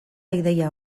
ideia